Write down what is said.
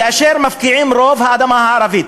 כאשר מפקיעים את רוב האדמה הערבית,